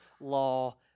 law